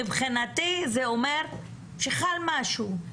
מבחינתי זה אומר שחל משהו.